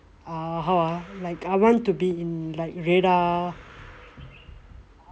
ah how ah like I want to be in like radar